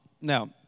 Now